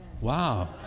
Wow